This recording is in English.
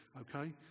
okay